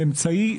האמצעי,